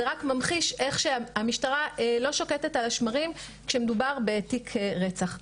זה רק ממחיש שהמשטרה לא שוקטת על השמרים כשמדובר בתיק רצח.